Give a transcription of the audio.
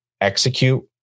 execute